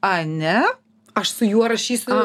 a ne aš su juo rašysiu